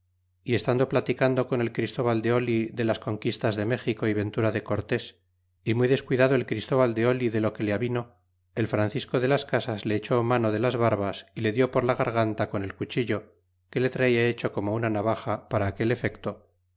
y estando platicando con el christóval de de las conquistas de méxico y ventura de cortés y muy descuidado el christóval de oli de lo que le avino el francisco de las casas le echó mano de la barbas y le dió por la garganta con el cuchillo que le traía hecho como una navaja para aquel efecto